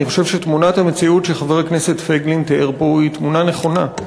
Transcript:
אני חושב שתמונת המציאות שחבר הכנסת פייגלין תיאר פה היא תמונה נכונה.